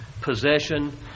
possession